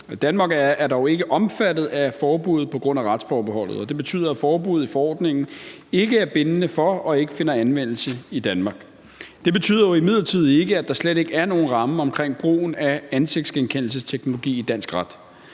Danmark er dog ikke omfattet af forbuddet på grund af retsforbeholdet, og det betyder, at forbuddet i forordningen ikke er bindende for og ikke finder anvendelse i Danmark. Det betyder jo imidlertid ikke, at der slet ikke er nogen ramme omkring brugen af ansigtsgenkendelsesteknologi i dansk ret.